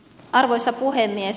arvoisa puhemies